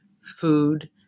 food